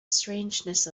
strangeness